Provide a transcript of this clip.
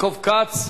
יעקב כץ?